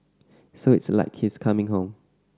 so it's like he's coming home